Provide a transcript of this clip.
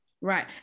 Right